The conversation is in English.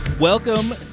Welcome